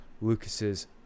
Lucas's